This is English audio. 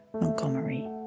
Montgomery